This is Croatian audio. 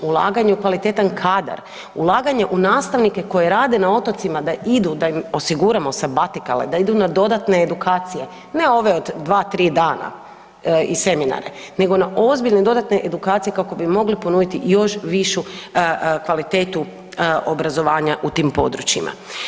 Ulaganja u kvalitetan kadar, ulaganja u nastavnike koji rade na otocima da idu, da im osiguramo sabatikale, da idu na dodatne edukacije, ne ove od 2-3 dana i seminare, nego na ozbiljne dodatne edukacije kako bi mogli ponuditi još višu kvalitetu obrazovanja u tim područjima.